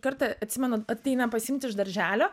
kartą atsimenu ateina pasiimt iš darželio